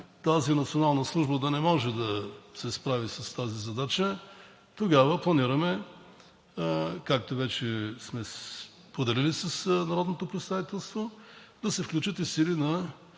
тази национална служба да не може да се справи с тази задача, тогава планираме, както вече сме споделили с народното представителство, да се включат и сили на